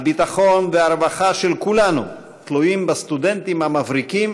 הביטחון והרווחה של כולנו תלויים בסטודנטים המבריקים,